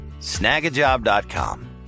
Snagajob.com